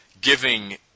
giving